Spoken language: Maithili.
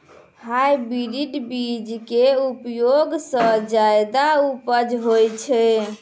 हाइब्रिड बीज के उपयोग सॅ ज्यादा उपज होय छै